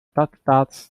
stadtstaats